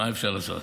מה אפשר לעשות?